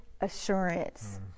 assurance